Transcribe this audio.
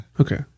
Okay